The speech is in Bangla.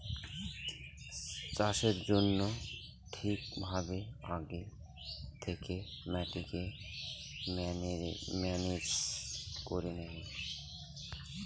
চাষের জন্য ঠিক ভাবে আগে থেকে মাটিকে ম্যানেজ করে নেয়